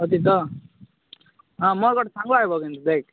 ଅଛି ତ ହଁ ମୋର ଗୋଟେ ସାଙ୍ଗ ଆସିବ କିନ୍ତୁ ଦେଖ୍